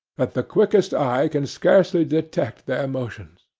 that the quickest eye can scarcely detect their motions.